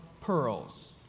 pearls